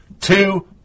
Two